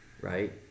right